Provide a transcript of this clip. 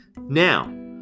Now